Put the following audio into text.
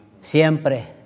Siempre